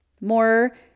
More